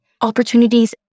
opportunities